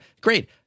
Great